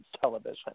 television